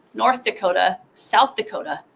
north dakota, south dakota,